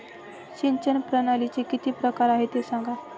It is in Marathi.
सिंचन प्रणालीचे किती प्रकार आहे ते सांगा